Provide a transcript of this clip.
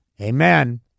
Amen